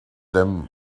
them